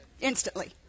instantly